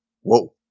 Whoa